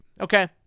okay